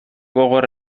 gogor